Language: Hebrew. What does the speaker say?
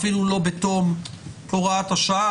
אפילו לא בתום הוראת השעה.